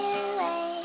away